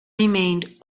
remained